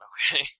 Okay